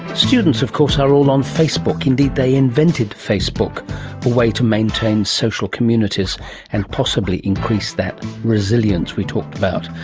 students of course are all on facebook, indeed they invented facebook, a way to maintain social communities and possibly increase that resilience that we talked about.